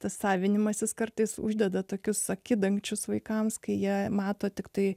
tas savinimasis kartais uždeda tokius akidangčius vaikams kai jie mato tiktai